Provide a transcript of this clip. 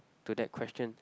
to that question